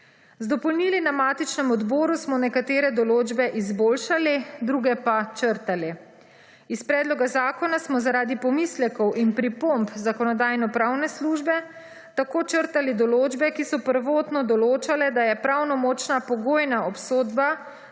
Z dopolnili na matičnem Odboru smo nekatere določbe izboljšali, druge pa črtali. Iz Predloga zakona smo zaradi pomislekov in pripomb Zakonodajno-pravne službe tako črtali določbe, ki so prvotno določale, da je pravnomočna pogojna obsodba